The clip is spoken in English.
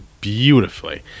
Beautifully